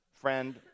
friend